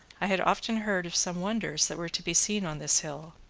i had often heard of some wonders that were to be seen on this hill,